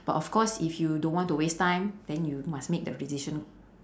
but of course if you don't want to waste time then you must make the decision